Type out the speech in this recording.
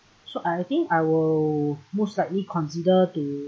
so I think I will most likely consider the